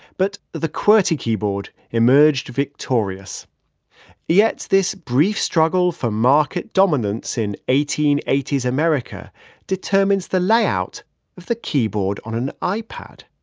but the qwerty keyboard emerged victorious yet this brief struggle for market dominance in eighteen eighty s america determines the layout of the keyboard on an ipad.